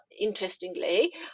interestingly